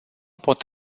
pot